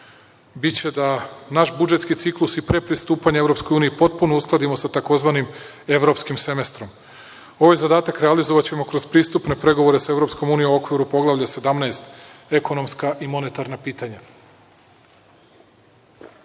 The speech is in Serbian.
biće da naš budžetski ciklus i predpristupanje EU potpuno uskladimo sa tzv. evropskim semestrom. Ovaj zadatak ćemo realizovati kroz pristupne pregovore sa EU u okviru poglavlja 17 - Ekonomska i monetarna